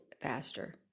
faster